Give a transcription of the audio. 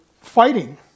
fighting